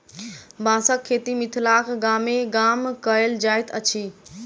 बाँसक खेती मिथिलाक गामे गाम कयल जाइत अछि